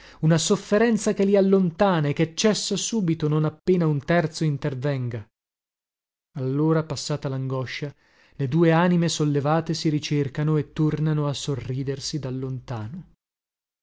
una sofferenza che li allontana e che cessa subito non appena un terzo intervenga allora passata langoscia le due anime sollevate si ricercano e tornano a sorridersi da lontano